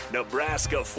Nebraska